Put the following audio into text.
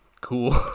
Cool